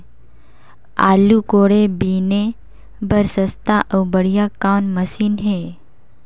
आलू कोड़े बीने बर सस्ता अउ बढ़िया कौन मशीन हे?